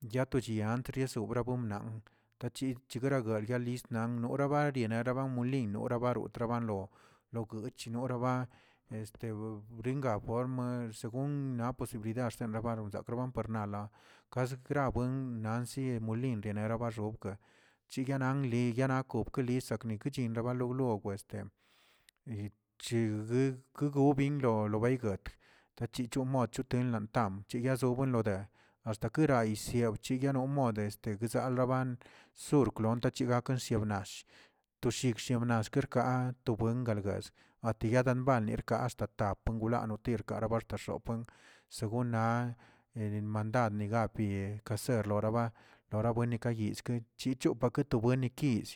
Yatoshin antro sob tachi chibera yagwge yisnana norabariena raban molino roba baranlo loguch noraba este bringa form según nap posibilidad baron prasebakwna por na kasgrabuen nan sie molinkə guera baxokeꞌ hciganan liliba kobkeꞌ yisakchingui rabanaꞌ wlogue este cheg gue guegon binlo bigotlog yachicho mod tenlan tab yazon buenlode hasta kera yisiabchi no mod este gsalab surgnon tachibshinall, to shibshinall rka to buen gal juez ati yabalben arkasto gap tengwiakno arkara baxta xonꞌ según na mandadni gab ye kaser loraba loraba bunikayizka, chicho paketi buenni guill,